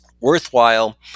worthwhile